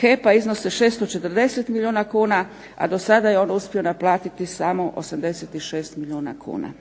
HEP-a iznose 640 milijuna kuna, a do sada je on uspio naplatiti samo 86 milijuna kuna.